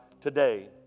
today